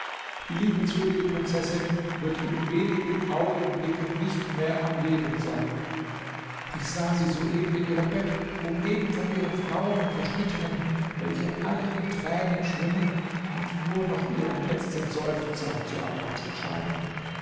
die liebenswürdige prinzessin wird in wenigen augenblicken nicht mehr am leben sein ich sah sie soeben in ihrem bett umgeben von ihren frauen und verschnittenen welche alle in tränen schwimmen und nur noch ihren letzten seufzer zu erwarten scheinen